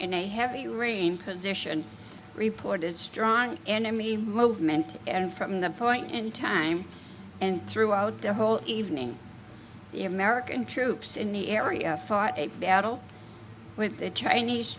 in a heavy rain position reported strong enemy movement and from the point in time and throughout the whole evening the american troops in the area fought a battle with the chinese